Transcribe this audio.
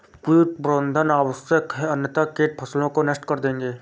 कीट प्रबंधन आवश्यक है अन्यथा कीट फसलों को नष्ट कर देंगे